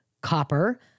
copper